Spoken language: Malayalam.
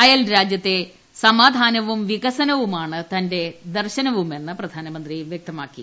അയൽരാജ്യത്തെ സ്മാക്കാനവും വികസനവുമാണ് തന്റെ ദർശനവുമെന്ന് പ്രധാന്റ്മ്പ്രി വ്യക്തമാക്കി